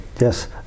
Yes